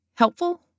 Helpful